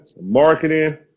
marketing